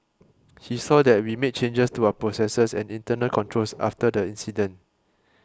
he saw that we made changes to our processes and internal controls after the incident